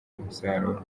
umusaruro